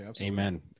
Amen